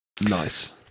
Nice